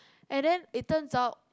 and then it turns out